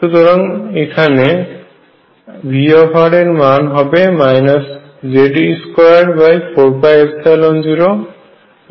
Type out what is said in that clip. সুতরাং এখানে V এর মান হবে Ze24π01r